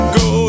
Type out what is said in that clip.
go